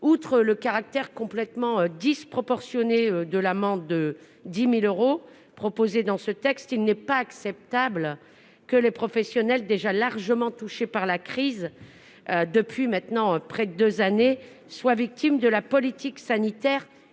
Outre le caractère complètement disproportionné de l'amende de 10 000 euros qui est prévue, il n'est pas acceptable que les professionnels, déjà largement touchés par la crise depuis maintenant près de deux années, soient victimes de la politique sanitaire